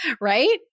right